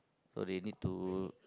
already too